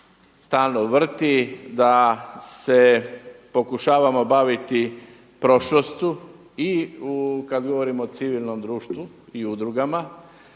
stalno vrti da se pokušavamo baviti prošlošću i kada govorimo o civilnom društvu i udrugama,